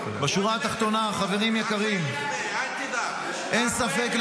בשורה התחתונה, חברים יקרים, אין ספק,